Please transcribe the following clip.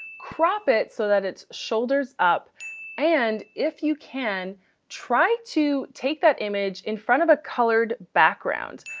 crop it so that its shoulders up and if you can try to take that image in front of a colored background.